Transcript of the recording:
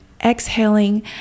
exhaling